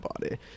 body